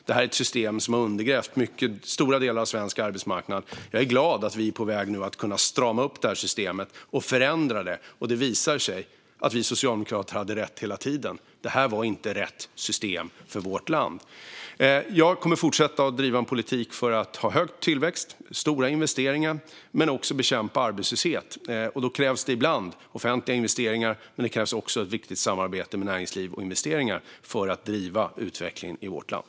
Det är ett system som har undergrävt stora delar av svensk arbetsmarknad. Jag är glad att vi nu är på väg att kunna strama upp och förändra det systemet. Och det visar sig att vi socialdemokrater hade rätt hela tiden; det var inte rätt system för vårt land. Jag kommer att fortsätta driva en politik för att ha hög tillväxt och stora investeringar men också bekämpa arbetslöshet. Då krävs det ibland offentliga investeringar, men det krävs också ett viktigt samarbete med näringslivet och deras investeringar för att driva utvecklingen i vårt land.